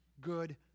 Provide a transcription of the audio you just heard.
good